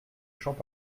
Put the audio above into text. champs